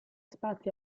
spazi